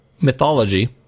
mythology